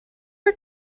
are